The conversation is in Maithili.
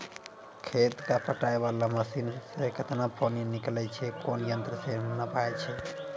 खेत कऽ पटाय वाला मसीन से केतना पानी निकलैय छै कोन यंत्र से नपाय छै